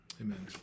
Amen